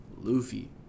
Luffy